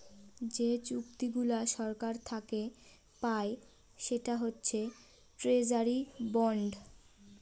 যে চুক্তিগুলা সরকার থাকে পায় সেটা হচ্ছে ট্রেজারি বন্ড